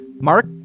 Mark